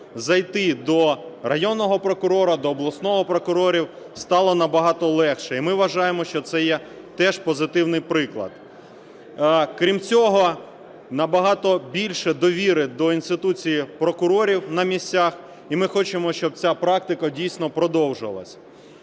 зайти до районного прокурора, до обласного прокурора, стало набагато легше. І ми вважаємо, що це є теж позитивний приклад. Крім цього набагато більше довіри до інституції прокурорів на місцях і ми хочемо, щоб ця практика дійсно продовжувалась.